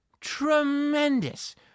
tremendous